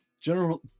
general